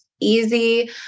easy